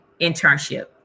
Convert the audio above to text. internship